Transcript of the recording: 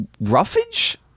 roughage